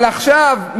אבל עכשיו,